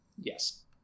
yes